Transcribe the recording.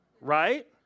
right